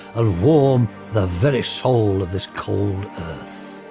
ah warm the very soul of this cold earth.